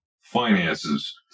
finances